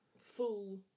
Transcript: full